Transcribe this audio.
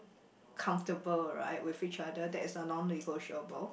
comfortable right with each other that is a non negotiable